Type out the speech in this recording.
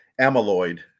amyloid